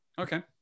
Okay